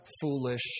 foolish